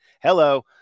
hello